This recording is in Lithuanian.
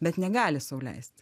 bet negali sau leist